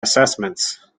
assessments